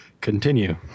Continue